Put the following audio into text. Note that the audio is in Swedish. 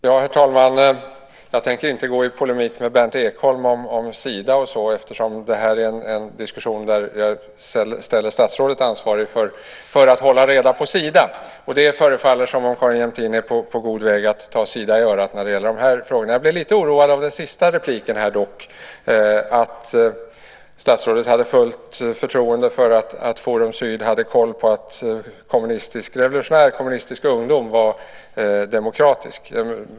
Herr talman! Jag tänker inte gå i polemik med Berndt Ekholm om Sida eller så eftersom det här är en diskussion där jag håller statsrådet ansvarigt för att hålla reda på Sida. Carin Jämtin förefaller vara på god väg att ta Sida i örat i de här frågorna. Dock blev jag lite oroad av det senaste inlägget där statsrådet sade sig ha fullt förtroende för att Forum Syd har full kontroll över att Revolutionär Kommunistisk Ungdom är demokratiskt.